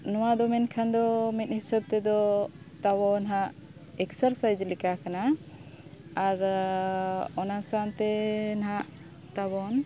ᱱᱚᱶᱟ ᱫᱚ ᱢᱮᱱᱠᱷᱟᱱ ᱫᱚ ᱢᱤᱫ ᱦᱤᱸᱥᱟᱹᱵᱽ ᱛᱮᱫᱚ ᱛᱟᱵᱚᱱ ᱦᱟᱸᱜ ᱮᱠᱥᱟᱨᱥᱟᱭᱤᱡᱽ ᱞᱮᱠᱟ ᱠᱟᱱᱟ ᱟᱨ ᱚᱱᱟ ᱥᱟᱶᱛᱮ ᱱᱟᱜ ᱛᱟᱵᱚᱱ